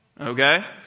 Okay